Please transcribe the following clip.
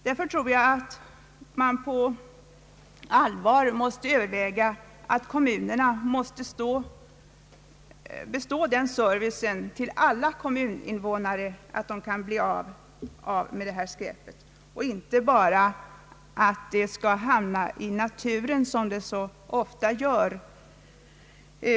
Därför tror jag att vi på allvar måste överväga att kommunerna består alla invånare med en sådan service att man kan bli av med detta skräp, så att det inte bara hamnar i naturen, som det nu ofta gör.